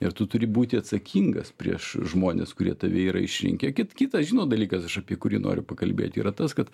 ir tu turi būti atsakingas prieš žmones kurie tave yra išrinkę kit kitas žinot dalykas aš apie kurį noriu pakalbėt yra tas kad